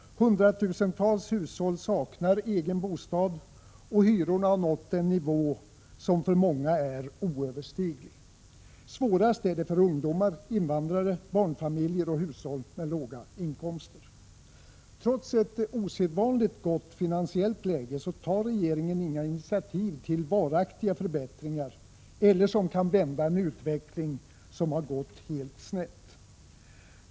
Hundratusentals hushåll saknar egen bostad, och hyrorna har nått en nivå som för många är oöverstiglig. Svårast är det för Trots ett osedvanligt gott finansiellt läge tar regeringen inga initiativ till 16 december 1986 varaktiga förbättringar eller till åtgärder som kan vända en utveckling som gått helt snett.